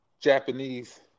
Japanese